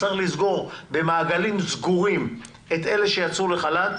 צריך לסגור במעגלים סגורים את אלה שיצאו לחל"ת,